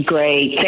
Great